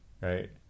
right